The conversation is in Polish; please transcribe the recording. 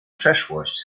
przeszłość